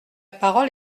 parole